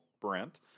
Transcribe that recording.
Brent